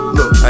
Look